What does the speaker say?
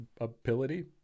ability